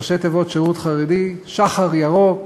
ראשי תיבות שילוב חרדים, שח"ר ירוק